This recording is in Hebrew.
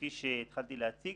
כפי שהתחלתי להציג,